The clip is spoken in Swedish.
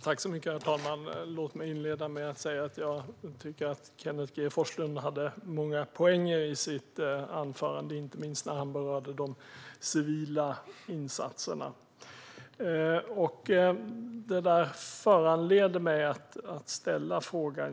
Herr talman! Låt mig inleda med att säga att jag tycker att Kenneth G Forslund hade många poänger i sitt anförande, inte minst när han berörde de civila insatserna. Det där föranleder mig att ställa en fråga.